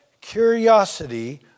curiosity